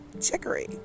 chicory